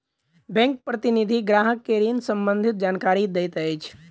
bank प्रतिनिधि ग्राहक के ऋण सम्बंधित जानकारी दैत अछि